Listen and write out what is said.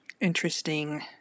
interesting